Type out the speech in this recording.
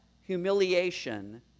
humiliation